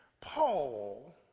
Paul